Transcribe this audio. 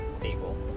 people